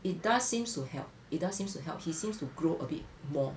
it does seems to help it does seems to help he seems to grow a bit more